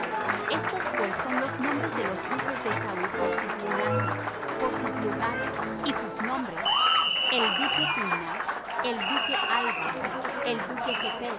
estos pues son los nombres de los duques de esaú por sus linajes por sus lugares y sus nombres el duque timna el duque alva el duque